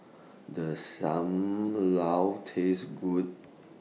Does SAM Lau Taste Good